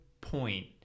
point